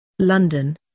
London